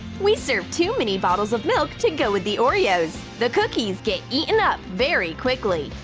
we serve two mini bottles of milk to go with the oreos. the cookies get eaten up very quickly.